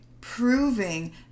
proving